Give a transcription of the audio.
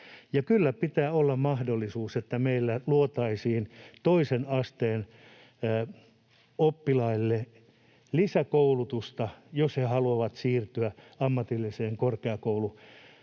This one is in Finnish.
Ja kyllä pitää olla mahdollisuus, että meillä luotaisiin toisen asteen oppilaille lisäkoulutusta, jos he haluavat siirtyä ammatilliseen korkeakouluopetukseen.